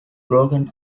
broken